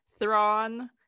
Thrawn